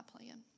plan